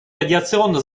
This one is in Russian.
радиационно